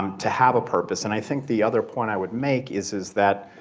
um to have a purpose. and i think the other point i would make is is that,